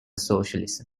socialism